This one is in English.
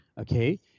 Okay